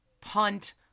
punt